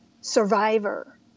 survivor